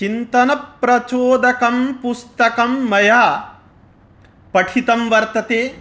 चिन्तनप्रचोदकं पुस्तकं मया पठितं वर्तते